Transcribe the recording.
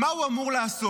מה הוא אמור לעשות?